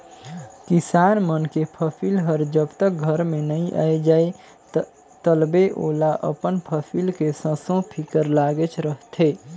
किसान मन के फसिल हर जब तक घर में नइ आये जाए तलबे ओला अपन फसिल के संसो फिकर लागेच रहथे